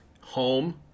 Home